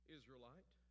Israelite